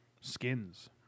skins